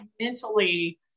mentally